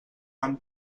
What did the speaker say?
han